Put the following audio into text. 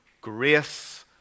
grace